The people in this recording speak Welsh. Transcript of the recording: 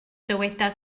dyweda